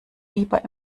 lieber